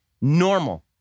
Normal